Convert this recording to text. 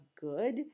good